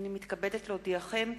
הנני מתכבדת להודיעכם,